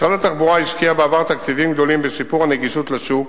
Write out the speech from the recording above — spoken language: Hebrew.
משרד התחבורה השקיע בעבר תקציבים גדולים בשיפור נגישות השוק